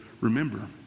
remember